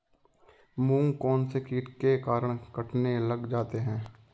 मूंग कौनसे कीट के कारण कटने लग जाते हैं?